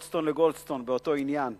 לגולדסטון באותו עניין.